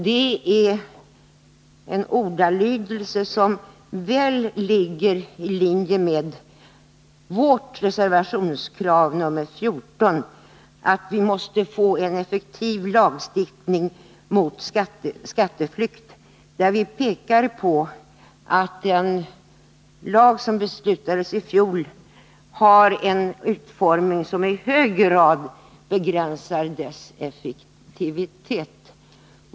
Det är en ordalydelse som väl ligger i linje med vårt krav i reservation nr 14, att vi måste få en effektiv lagstiftning mot skatteflykt, och vi pekar på att den lag som beslutades i fjol har en utformning som i hög grad begränsar dess effektivitet.